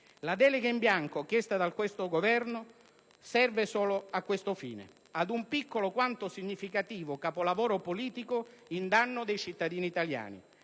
La delega in bianco chiesta da questo Governo serve solo a questo fine: ad un piccolo quanto significativo capolavoro politico in danno dei cittadini italiani.